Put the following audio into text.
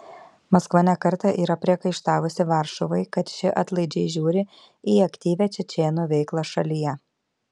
maskva ne kartą yra priekaištavusi varšuvai kad ši atlaidžiai žiūri į aktyvią čečėnų veiklą šalyje